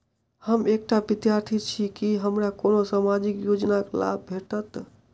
हम एकटा विद्यार्थी छी, की हमरा कोनो सामाजिक योजनाक लाभ भेटतय?